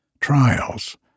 trials